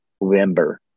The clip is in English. November